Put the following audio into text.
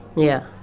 yeah.